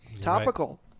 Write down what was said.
Topical